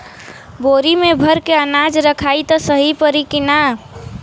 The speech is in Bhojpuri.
बोरी में भर के अनाज रखायी त सही परी की ना?